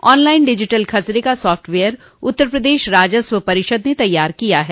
आन line digital खसरे का साफ्टवेयर उत्तर प्रदेश राजस्व परिषद ने तैयार किया है